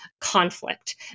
conflict